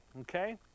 Okay